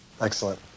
Excellent